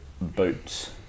boots